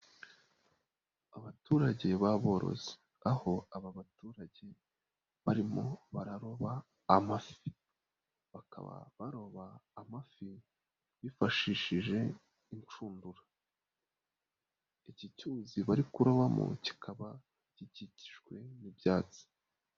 Abaturage b'aborozi aho aba baturage barimo bararoba amafi, bakaba baroba amafi bifashishije inshundura, iki cyuzi bari kurobamo kikaba gikikijwe n'ibyatsi.